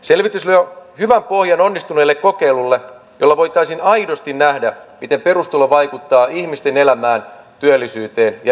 selvitys luo hyvän pohjan onnistuneelle kokeilulle jolla voitaisiin aidosti nähdä miten perustulo vaikuttaa ihmisten elämään työllisyyteen ja yrittäjyyteen